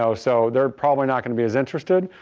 so so they're probably not going to be as interested.